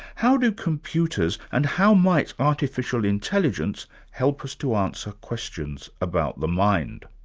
how do computers and how might artificial intelligence help us to answer questions about the mind?